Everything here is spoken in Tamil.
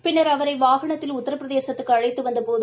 பின்னா் அவரை வாகனத்தில் உத்திரபிரதேசத்துக்கு அழைத்து வந்தபோது